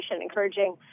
encouraging